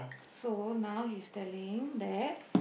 so now he's telling that